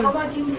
um lucky